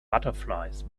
butterflies